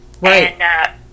Right